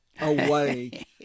away